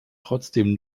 trotzdem